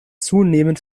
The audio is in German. zunehmend